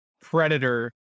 predator